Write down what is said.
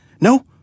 No